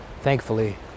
Thankfully